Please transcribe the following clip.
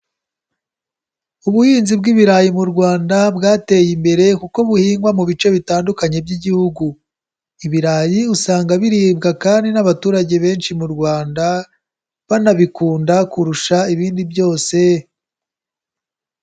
Ubuhinzi bw'ibirayi mu Rwanda bwateye imbere kuko buhingwa mu bice bitandukanye by'igihugu, ibirayi usanga biribwa kandi n'abaturage benshi mu Rwanda banabikunda kurusha ibindi byose.